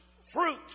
fruit